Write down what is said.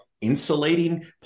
insulating